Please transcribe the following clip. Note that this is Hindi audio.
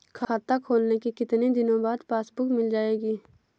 खाता खोलने के कितनी दिनो बाद पासबुक मिल जाएगी?